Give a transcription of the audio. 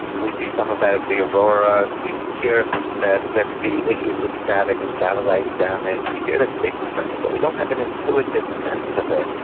we see some of that as the auroras, we hear that there can be issues with static and satellite damage. we hear that space is threatening but we don't have an intuitive sense of it,